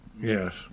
Yes